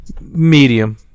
Medium